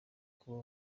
kuba